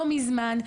לא מזמן,